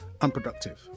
unproductive